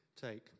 take